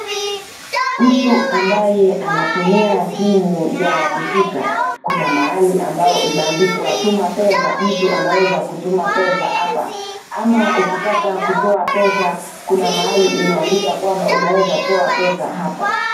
Mtu ambaye anatumia simu ya kushika, kuna mahali ambao imeandikwa tuma pesa. Mtu anaweza kutuma pesa hapa ama ukitaka kutoa pesa kuna mahali imeandika kwamba unaeza toa pesa hapa.